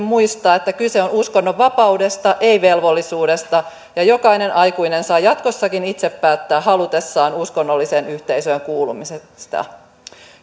muistaa että kyse on uskonnonvapaudesta ei velvollisuudesta ja jokainen aikuinen saa jatkossakin itse päättää halutessaan uskonnolliseen yhteisöön kuulumisesta